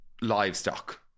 Livestock